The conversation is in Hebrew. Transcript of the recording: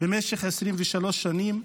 במשך 23 שנים,